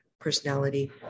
personality